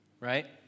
Right